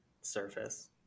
surface